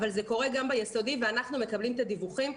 אבל זה קורה גם ביסודי ואנחנו מקבלים את הדיווחים.